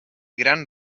gran